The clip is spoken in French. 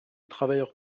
travailleurs